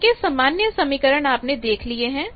इनके सामान्य समीकरण आपने देख लिए हैं